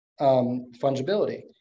fungibility